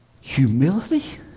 Humility